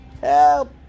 Help